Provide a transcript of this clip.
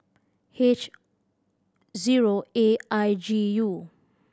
H zero A I G U